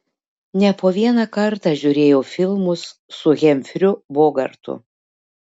ne po vieną kartą žiūrėjau filmus su hemfriu bogartu